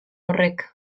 horrek